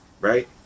right